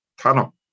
tunnel